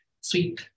sweep